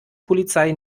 polizei